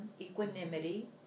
equanimity